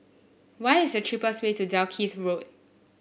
what is the cheapest way to Dalkeith Road